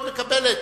היית מקבלת.